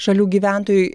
šalių gyventojai